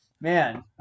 Man